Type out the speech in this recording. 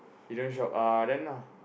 you don't shop uh then uh